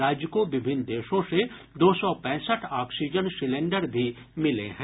राज्य को विभिन्न देशों से दो सौ पैंसठ ऑक्सीजन सिलेंडर भी मिले हैं